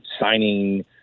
signing